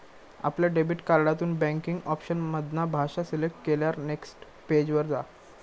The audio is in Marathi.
आपल्या डेबिट कार्डातून बॅन्किंग ऑप्शन मधना भाषा सिलेक्ट केल्यार नेक्स्ट पेज वर जा